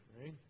right